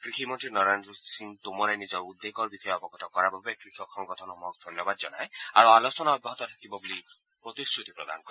কৃষি মন্ত্ৰী নৰেন্দ্ৰ সিং টোমৰে নিজৰ উদ্বেগৰ বিষয়ে অৱগত কৰাৰ বাবে কৃষক সংগঠনসমূহক ধন্যবাদ জনায় আৰু আলোচনা অব্যাহত থাকিব বুলি প্ৰতিশ্ৰুতি প্ৰদান কৰে